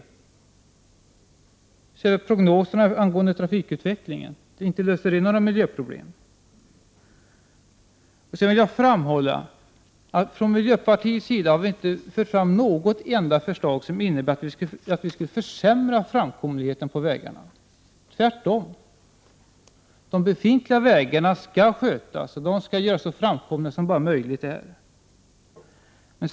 Inte bidrar prognoserna när det gäller trafikutvecklingen till att några miljöproblem kan lösas. Sedan vill jag framhålla att vi i miljöpartiet inte har presenterat ett enda förslag som, om det förverkligades, skulle kunna leda till en försämrad framkomlighet på vägarna, tvärtom! Befintliga vägar skall skötas och göras så framkomliga som möjligt.